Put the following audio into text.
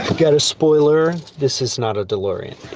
got a spoiler this is not a delorean.